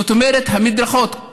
זאת אומרת שהמדרכות,